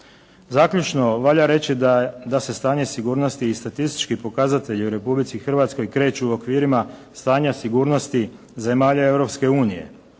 Zaključno valja reći da se stanje sigurnosti i statistički pokazatelji u Republici Hrvatskoj kreću u okvirima stanja sigurnosti zemalja